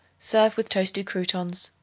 serve with toasted croutons.